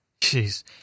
Jeez